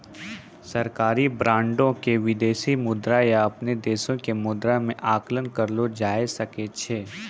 सरकारी बांडो के विदेशी मुद्रा या अपनो देशो के मुद्रा मे आंकलन करलो जाय सकै छै